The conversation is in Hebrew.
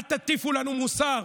אל תטיפו לנו מוסר.